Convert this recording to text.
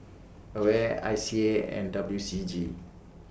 AWARE I C A and W C G